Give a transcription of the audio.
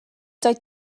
doedd